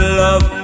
love